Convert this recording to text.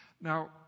Now